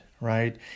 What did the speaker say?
right